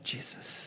Jesus